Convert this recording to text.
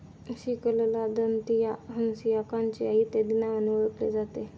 सिकलला दंतिया, हंसिया, काचिया इत्यादी नावांनी ओळखले जाते